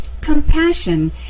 compassion